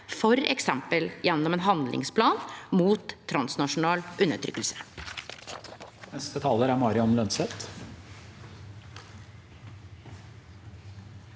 f.eks. gjennom ein handlingsplan mot transnasjonal undertrykking.